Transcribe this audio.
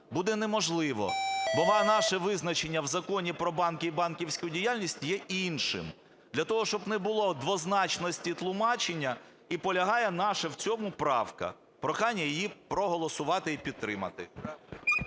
буде неможливо. Бо наше визначення в Законі "Про банки і банківську діяльність" є іншим. Для того, щоб не було двозначності тлумачення, і полягає наша в цьому правка. Прохання її проголосувати і підтримати.